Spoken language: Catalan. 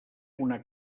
una